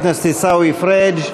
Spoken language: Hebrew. חבר הכנסת עיסאווי פריג',